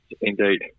indeed